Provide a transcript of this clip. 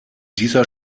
dieser